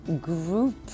group